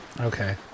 Okay